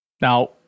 Now